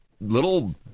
little